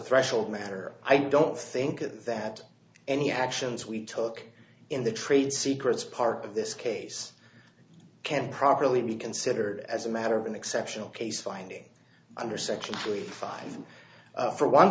threshold matter i don't think that any actions we took in the trade secrets part of this case can properly be considered as a matter of an exceptional case finding under section five for one